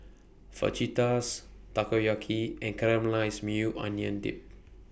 Fajitas Takoyaki and Caramelized Maui Onion Dip